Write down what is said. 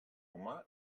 humà